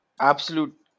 Absolute